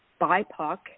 BIPOC